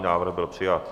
Návrh byl přijat.